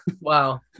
Wow